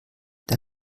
der